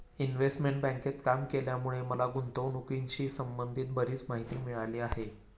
investment बँकेत काम केल्यामुळे मला गुंतवणुकीशी संबंधित बरीच माहिती मिळाली आहे